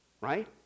right